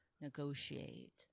negotiate